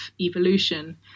evolution